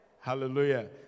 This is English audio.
hallelujah